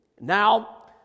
now